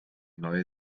neue